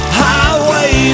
highway